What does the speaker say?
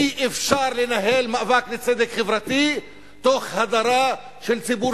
אי-אפשר לנהל מאבק לצדק חברתי תוך הדרה של ציבור